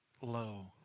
low